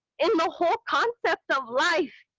and the whole concept of life.